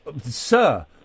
Sir